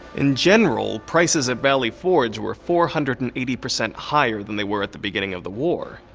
in general, prices at valley forge were four hundred and eighty percent higher than they were at the beginning of the war.